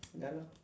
ya lah